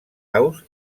aus